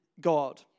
God